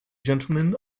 gentleman